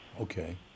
okay